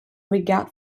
regard